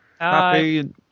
Happy